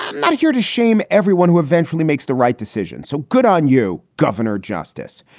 not here to shame everyone who eventually makes the right decision. so good on you, governor justice.